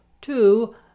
two